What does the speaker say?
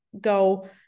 go